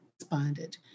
responded